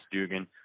Dugan